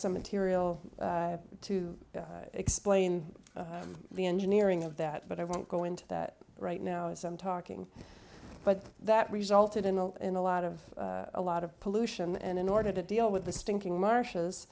some material to explain the engineering of that but i won't go into that right now as i'm talking but that resulted in in a lot of a lot of pollution and in order to deal with the stinking marshes